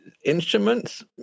instruments